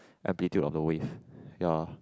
amplitude of the wave ya